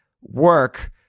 work